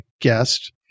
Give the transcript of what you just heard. guest